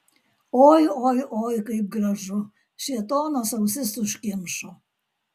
oi oi oi kaip gražu šėtonas ausis užkimšo